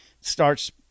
starts